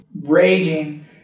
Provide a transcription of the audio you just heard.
raging